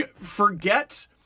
forget